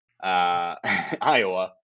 Iowa